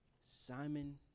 Simon